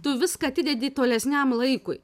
tu viską atidedi tolesniam laikui